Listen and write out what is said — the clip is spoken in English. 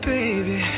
Baby